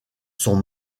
sont